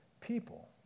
people